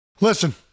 Listen